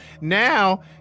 now